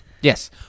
Yes